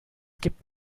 gibt